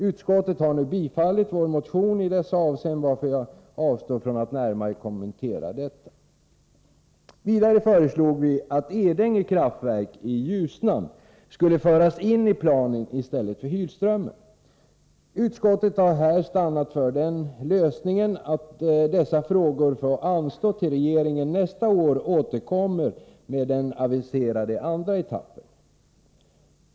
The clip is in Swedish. Utskottet har nu tillstyrkt vår motion i dessa avseenden, varför jag avstår från att närmare kommentera detta. Vidare föreslog vi att Edänge kraftverk i Ljusnan skulle föras in i planen i stället för Hylströmmen. Utskottet har här stannat för den lösningen att dessa frågor får anstå tills regeringen nästa år återkommer med den aviserade andra etappen.